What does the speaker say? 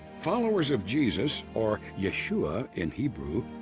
followers of jesus, or yeshua in hebrew,